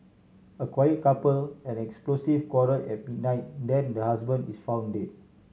a quiet couple an explosive quarrel at midnight then the husband is found dead